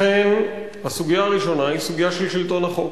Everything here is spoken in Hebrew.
אכן, הסוגיה הראשונה היא סוגיה של שלטון החוק,